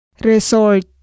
Resort